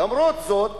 למרות זאת באים,